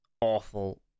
awful